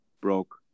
broke